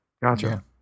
Gotcha